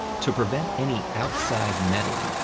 to prevent any outside meddling,